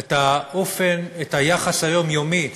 את האופן, את היחס היומיומי